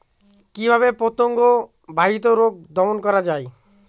কিভাবে পতঙ্গ বাহিত রোগ দমন করা যায়?